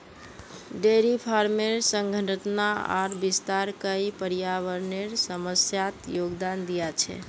dairy फार्मेर सघनता आर विस्तार कई पर्यावरनेर समस्यात योगदान दिया छे